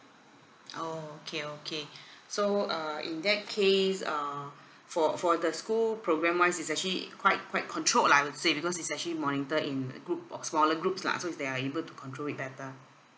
oh okay okay so err in that case uh for for the school program wise it's actually quite quite controlled lah I would say because it's actually monitored in a group or smaller groups lah so is they are able to control it better